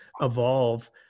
evolve